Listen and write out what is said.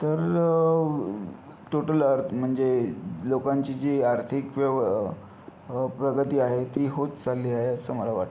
तर टोटल अर्थ म्हणजे लोकांची जी आर्थिक व्यव प्रगती आहे ती होत चालली आहे असं मला वाटतं